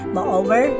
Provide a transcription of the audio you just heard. Moreover